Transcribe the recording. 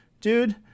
dude